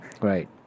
Right